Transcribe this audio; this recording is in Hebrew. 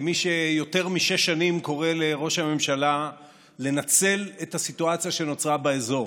כמי שיותר משש שנים קורא לראש הממשלה לנצל את הסיטואציה שנוצרה באזור,